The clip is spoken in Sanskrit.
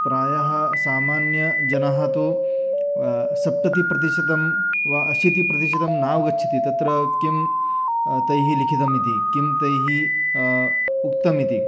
प्रायः सामान्यजनाः तु सप्ततिः प्रतिशतं वा अशीतिः प्रतिशतं नावगच्छति तत्र किं तैः लिखितम् इति किं तैः उक्तम् इति